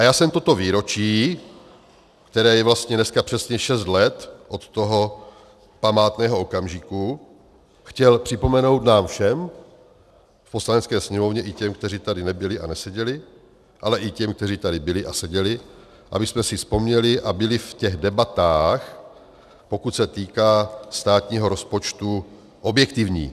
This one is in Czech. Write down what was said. A já jsem toto výročí, které je vlastně dneska přesně šest let od toho památného okamžiku, chtěl připomenout nám všem v Poslanecké sněmovně, i těm, kteří tady nebyli a neseděli, ale i těm, kteří tady byli a seděli, abychom si vzpomněli a byli v těch debatách, pokud se týká státního rozpočtu, objektivní.